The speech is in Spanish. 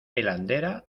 hilandera